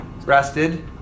rested